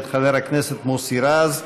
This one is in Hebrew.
מאת חבר הכנסת מוסי רז.